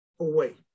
away